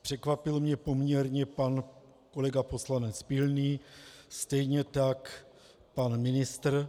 Překvapil mě poměrně pan kolega poslanec Pilný, stejně tak pan ministr.